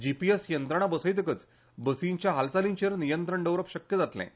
जीपीएस यंत्रणा बसयतकच बसींच्या हालचालींचेर नियंत्रण दवरप शक्य जातलें